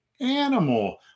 animal